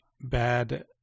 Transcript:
bad